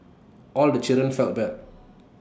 all the children felt bad